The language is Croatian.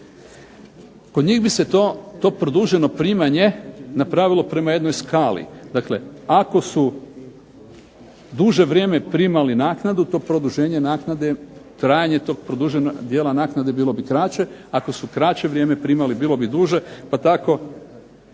Kod njih bi se to produženo primanje napravilo prema jednoj skali, dakle ako su duže vrijeme primali naknadu, to produženje naknade trajanje tog dijela naknade bilo bi kraće, ako su kraće vrijeme primali bilo bi duže, pa tako